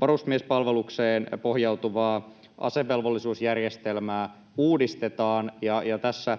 varusmiespalvelukseen pohjautuvaa asevelvollisuusjärjestelmää uudistetaan, ja tässä